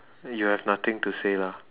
you have nothing to say lah